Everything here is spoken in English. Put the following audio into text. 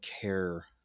care